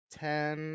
ten